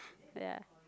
ya